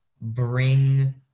bring